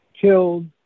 killed